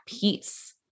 peace